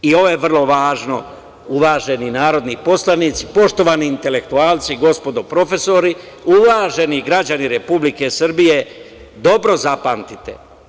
I ovo je vrlo važno, uvaženi narodni poslanici, poštovani intelektualci, gospodo profesori, uvaženi građani Republike Srbije, dobro zapamtite.